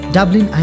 Dublin